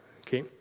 Okay